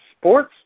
sports